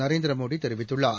நரேந்திரமோடிதெரிவித்துள்ளார்